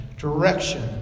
direction